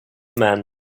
man